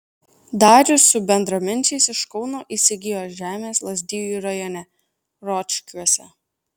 darius su bendraminčiais iš kauno įsigijo žemės lazdijų rajone ročkiuose